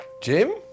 Jim